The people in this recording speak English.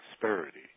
prosperity